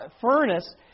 furnace